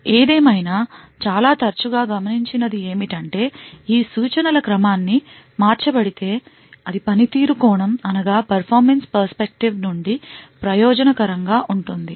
ఏదేమైనా చాలా తరచుగా గమనించినది ఏమిటంటే ఈ సూచనలు క్రమాన్ని మార్చబడితే అది పనితీరు కోణం నుండి ప్రయోజన కరంగా ఉంటుంది